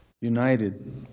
united